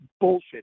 bullshit